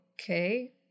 okay